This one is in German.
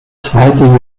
zweite